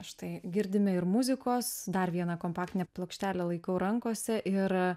štai girdime ir muzikos dar vieną kompaktinę plokštelę laikau rankose ir